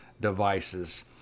devices